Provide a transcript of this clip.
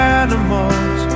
animals